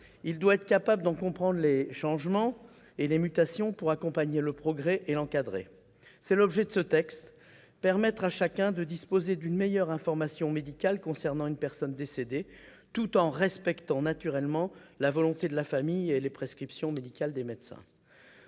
il doit être capable d'en comprendre les changements et les mutations pour accompagner le progrès et l'encadrer. Tel est l'objet de ce texte : permettre à chacun de disposer d'une meilleure information médicale concernant une personne décédée, tout en respectant naturellement la volonté de la famille et les prescriptions médicales des médecins.